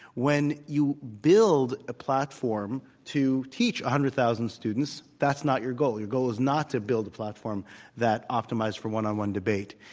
when you build a platform to teach a hundred thousand students, that's not your goal. your goal is not to build a platform that optimizes for one-on-one debate.